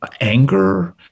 anger